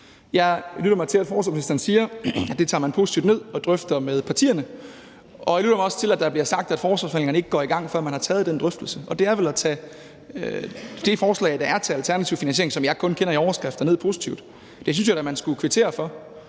Jeg lytter mig til, at forsvarsministeren siger, at det tager man positivt ned og drøfter med partierne, og jeg lytter mig også til, at man siger, at forsvarsforhandlingerne ikke går i gang, før man har taget den drøftelse. Det er vel at tage det forslag, der er, til en alternativ finansiering, som jeg kun kender i overskrifter, positivt ned. Det synes jeg da at man skulle kvittere for.